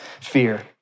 fear